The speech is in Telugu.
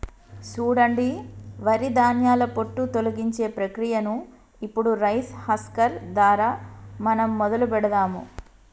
సూడండి వరి ధాన్యాల పొట్టు తొలగించే ప్రక్రియను ఇప్పుడు రైస్ హస్కర్ దారా మనం మొదలు పెడదాము